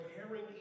preparing